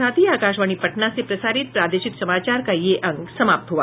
इसके साथ ही आकाशवाणी पटना से प्रसारित प्रादेशिक समाचार का ये अंक समाप्त हुआ